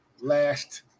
last